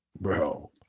Bro